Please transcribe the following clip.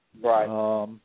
Right